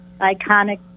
iconic